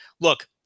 look